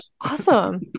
awesome